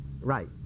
Right